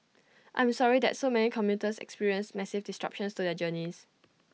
I am sorry that so many commuters experienced massive disruptions to the journeys